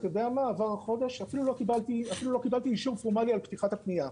עבר חודש ואפילו לא קיבלתי אישור פורמלי על פתיחת הפנייה.